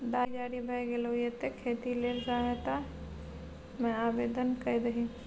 दाही जारी भए गेलौ ये तें खेती लेल सहायता मे आवदेन कए दही